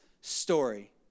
story